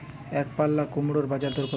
একপাল্লা কুমড়োর বাজার দর কত?